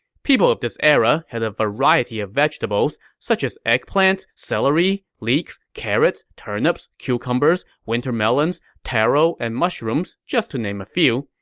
people of this era had a variety of vegetables, such as eggplants, celery, leeks, carrots, turnips, cucumbers, winter melons, taro, and mushrooms, just to name a few.